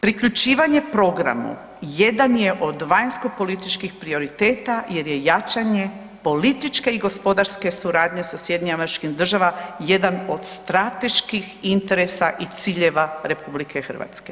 Priključivanje programu jedan je od vanjskopolitičkih prioriteta jer je jačanje političke i gospodarske suradnje sa SAD-om, jedan od strateških interesa i ciljeva RH.